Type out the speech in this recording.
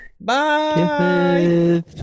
Bye